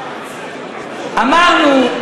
אמרנו,